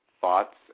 thoughts